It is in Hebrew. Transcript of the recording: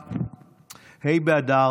תודה.